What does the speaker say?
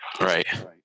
Right